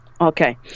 Okay